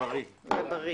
הישיבה נעולה.